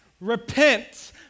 repent